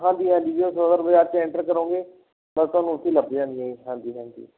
ਹਾਂਜੀ ਹਾਂਜੀ ਜਦੋਂ ਸਦਰ ਬਜ਼ਾਰ 'ਚ ਐਂਟਰ ਕਰੋਗੇ ਤਾਂ ਤੁਹਾਨੂੰ ਉੱਥੇ ਹੀ ਲੱਭ ਜਾਣੀ ਹੈ ਜੀ ਹਾਂਜੀ ਹਾਂਜੀ